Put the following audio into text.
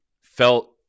Felt